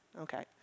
okay